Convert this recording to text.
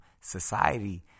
society